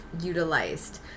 utilized